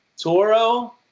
Toro